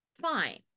fine